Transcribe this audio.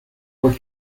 were